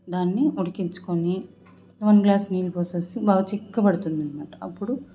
దాన్ని ఉడికించుకొని one glass నీళ్లుపోసేసి బాగా చిక్కపడుతుందనమాట అప్పుడు